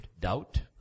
doubt